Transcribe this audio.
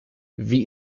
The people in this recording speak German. wie